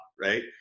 right